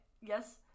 Yes